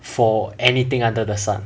for anything under the sun